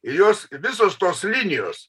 ir jos visos tos linijos